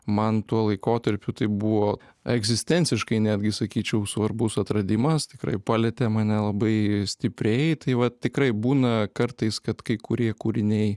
man tuo laikotarpiu tai buvo egzistenciškai netgi sakyčiau svarbus atradimas tikrai palietė mane labai stipriai tai va tikrai būna kartais kad kai kurie kūriniai